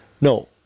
no